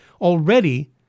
already